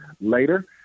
later